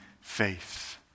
faith